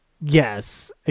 Yes